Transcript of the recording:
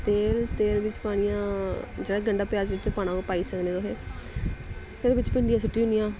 तेल तेल बिच्च पानियां जेह्ड़ा गंढा प्याज पाना ओह् पाई सकने तुसें फिर बिच्च भिंडियां सुट्टी ओड़नियां